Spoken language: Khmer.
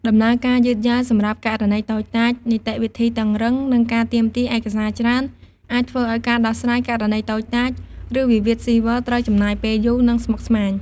ដំណើរការយឺតយ៉ាវសម្រាប់ករណីតូចតាច នីតិវិធីតឹងរ៉ឹង និងការទាមទារឯកសារច្រើន អាចធ្វើឱ្យការដោះស្រាយ ករណីតូចតាច ឬវិវាទស៊ីវិល ត្រូវចំណាយពេលយូរ និងស្មុគស្មាញ។